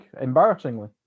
embarrassingly